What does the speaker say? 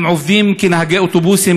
הם עובדים כנהגי אוטובוסים,